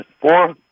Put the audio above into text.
four